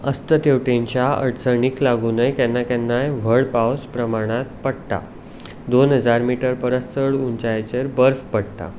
अस्त तेवटेनच्या अडचणीक लागुनय केन्ना केन्नाय व्हड पावस प्रमाणांत पडटा दोन हजार मिटर परस चड उंचायेचेर बर्फ पडटा